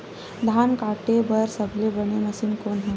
धान काटे बार सबले बने मशीन कोन हे?